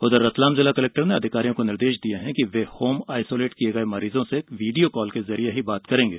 उधर रतलाम जिला कलेक्टर ने अधिकारियों को निर्देश दिये हैं कि वे होम आइसोलेट किये गये मरीजों के वीड़ियों काल के जरिए बात करेंगे